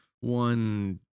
one